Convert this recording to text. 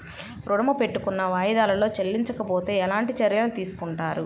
ఋణము పెట్టుకున్న వాయిదాలలో చెల్లించకపోతే ఎలాంటి చర్యలు తీసుకుంటారు?